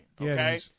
okay